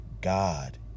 God